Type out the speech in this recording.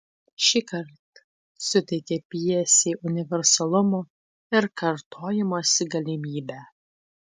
šįkart suteikia pjesei universalumo ir kartojimosi galimybę